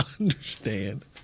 understand